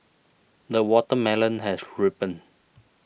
the watermelon has ripened